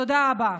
תודה רבה.